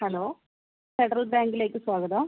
hello federal ബാങ്കിലേക്ക് സ്വാഗതം